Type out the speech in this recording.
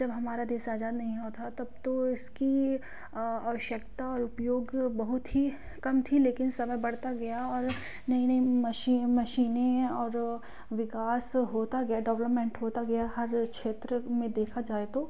जब हमारा देश आज़ाद नहीं हुआ था तब तो इसकी अवश्यकता और उपयोग बहुत ही कम थी लेकिन समय बढ़ता गया और नई नई मशी मशीनें और विकास होता गया डवलॉपमेंट होता गया हर क्षेत्र में देखा जाए तो